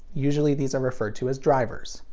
usually these are referred to as drivers.